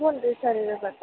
ಹ್ಞೂ ರೀ ಸರಿ ಹಾಗಾದ್ರೆ